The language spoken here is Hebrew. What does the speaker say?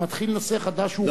אתה מתחיל נושא חדש,